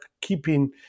keeping